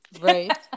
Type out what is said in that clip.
Right